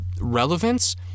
relevance